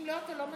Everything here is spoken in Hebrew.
למה לא מצביעים?